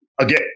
Again